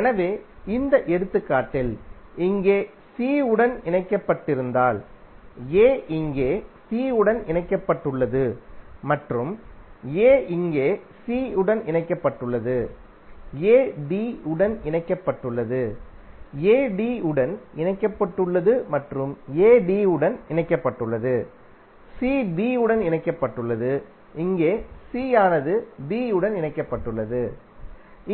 எனவே இந்த எடுத்துக்காட்டில் இங்கே c உடன் இணைக்கப்பட்டிருந்தால் a இங்கே c உடன் இணைக்கப்பட்டுள்ளது மற்றும் a இங்கே c உடன் இணைக்கப்பட்டுள்ளது a d உடன் இணைக்கப்பட்டுள்ளது a d உடன் இணைக்கப்பட்டுள்ளது மற்றும் a d உடன் இணைக்கப்பட்டுள்ளது c b உடன் இணைக்கப்பட்டுள்ளது இங்கே c ஆனது b உடன் இணைக்கப்பட்டுள்ளது